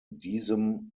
diesem